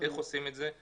איך עושים את זה,